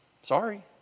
Sorry